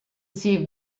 see